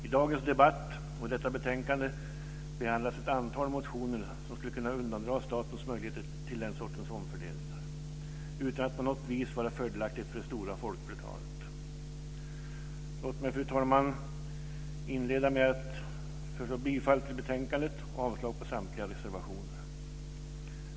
I dagens debatt och i detta betänkande behandlas ett antal motioner som skulle kunna undandra möjligheter för staten att göra den sortens omfördelningar utan att det på något vis skulle vara fördelaktigt för det stora folkflertalet. Låt mig, fru talman, inleda med att yrka bifall till utskottets hemställan och avslag på samtliga reservationer.